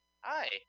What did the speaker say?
Hi